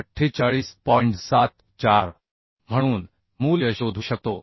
74 म्हणून मूल्य शोधू शकतो